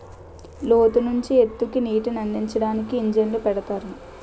లోతు నుంచి ఎత్తుకి నీటినందించడానికి ఇంజన్లు పెడతారు